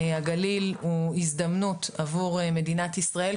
הגליל הוא הזדמנות עבור מדינת ישראל,